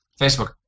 Facebook